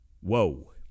whoa